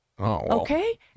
okay